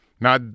now